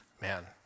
man